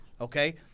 okay